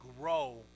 grow